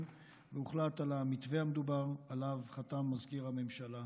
והוחלט על המתווה המדובר שעליו חתם מזכיר הממשלה.